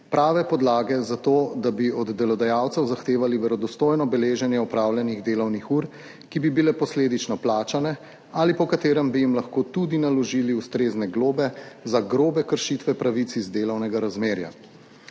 prave podlage za to, da bi od delodajalcev zahtevali verodostojno beleženje opravljenih delovnih ur, ki bi bile posledično plačane, ali po kateri bi jim lahko tudi naložili ustrezne globe za grobe kršitve pravic iz delovnega razmerja.